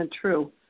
true